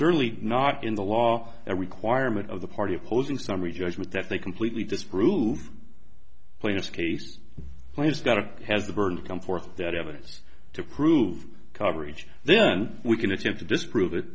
certainly not in the law a requirement of the party opposing summary judgment that they completely disprove plaintiff's case plays got to has the burden to come forth that evidence to prove coverage then we can attempt to disprove it